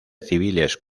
civiles